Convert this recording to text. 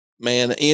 man